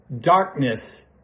Darkness